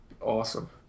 awesome